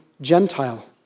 Gentile